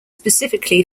specifically